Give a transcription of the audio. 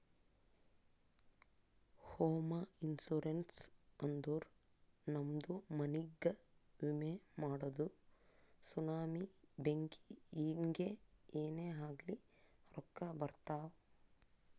ಹೋಮ ಇನ್ಸೂರೆನ್ಸ್ ಅಂದುರ್ ನಮ್ದು ಮನಿಗ್ಗ ವಿಮೆ ಮಾಡದು ಸುನಾಮಿ, ಬೆಂಕಿ ಹಿಂಗೆ ಏನೇ ಆಗ್ಲಿ ರೊಕ್ಕಾ ಬರ್ತಾವ್